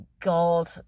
God